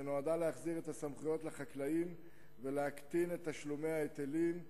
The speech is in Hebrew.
שנועדה להחזיר את הסמכויות לחקלאים ולהקטין את תשלומי ההיטלים,